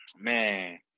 man